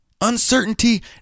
uncertainty